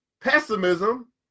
pessimism